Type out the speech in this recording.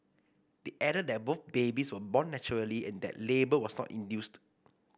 they added that both babies were born naturally and that labour was not induced